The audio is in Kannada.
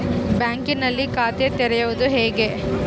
ಬ್ಯಾಂಕಿನಲ್ಲಿ ಖಾತೆ ತೆರೆಯುವುದು ಹೇಗೆ?